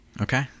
Okay